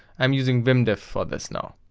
i'm using vimdiff for this now.